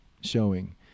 showing